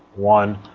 one,